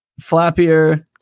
flappier